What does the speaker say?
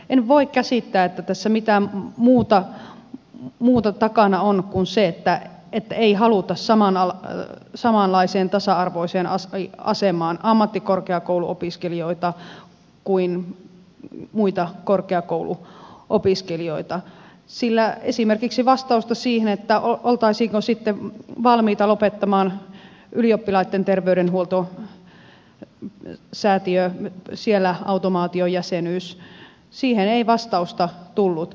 en voi käsittää että tässä mitään muuta takana on kuin se että ammattikorkeakouluopiskelijoita ei haluta samanlaiseen tasa arvoiseen asemaan muiden korkeakouluopiskelijoiden kanssa sillä esimerkiksi vastausta siihen oltaisiinko sitten valmiita lopettamaan ylioppilaiden terveydenhuoltosäätiön automaatiojäsenyys ei tullut